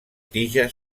tija